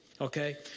Okay